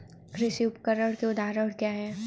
कृषि उपकरण के उदाहरण क्या हैं?